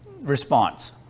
response